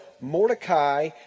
Mordecai